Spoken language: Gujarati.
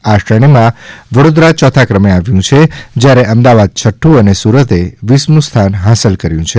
આ શ્રેણીમાં વડોદરા ચૌથા ક્રમે આવ્યું છે જ્યારે અમદાવાદે છઠ્ઠં અને સુરતે વીસમું સ્થાન હાંસલ કર્યું છે